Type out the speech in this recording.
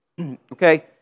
okay